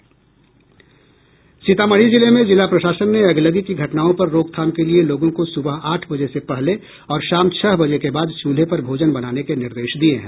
सीतामढ़ी जिले में जिला प्रशासन ने अगलगी की घटनाओं पर रोकथाम के लिए लोगों को सुबह आठ बजे से पहले और शाम छह बजे के बाद चुल्हे पर भोजन बनने के निर्देश दिये हैं